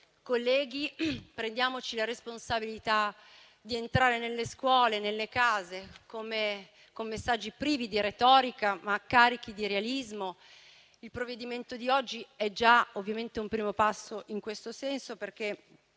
Colleghi, prendiamoci la responsabilità di entrare nelle scuole e nelle case, con messaggi privi di retorica, ma carichi di realismo. Il provvedimento di oggi è già ovviamente un primo passo in questo senso, perché